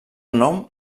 nom